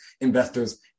investors